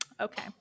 okay